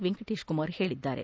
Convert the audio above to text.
ವೆಂಕಟೇಶ್ ಕುಮಾರ್ ಹೇಳಿದ್ದಾರೆ